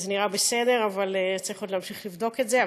זה נראה בסדר, אבל צריך עוד להמשיך לבדוק את זה.